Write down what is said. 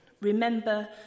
Remember